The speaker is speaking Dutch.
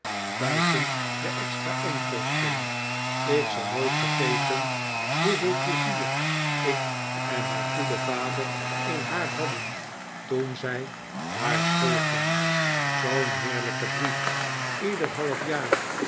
buiten de extra onkosten ik zal nooit vergeten hoeveel pleizier ik en haar goede vader in haar hadden toen zij daar schoolgihg zoo'n heerlijken brief ieder half jaar